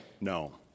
No